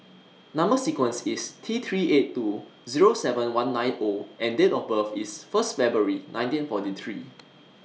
Number sequence IS T three eight two Zero seven one nine O and Date of birth IS First February nineteen forty three